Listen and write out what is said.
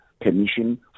permission